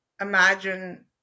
imagine